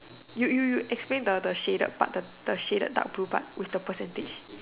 you you you explain the the shaded part the the shaded dark blue part with the percentage